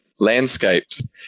Landscapes